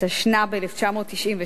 התשנ"ב 1992,